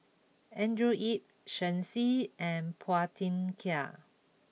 Andrew Yip Shen Xi and Phua Thin Kiay